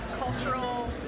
cultural